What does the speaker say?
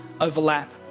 overlap